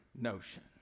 notion